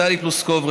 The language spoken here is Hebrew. טלי פלוסקוב,